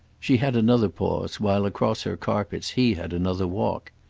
she had another pause while, across her carpets, he had another walk.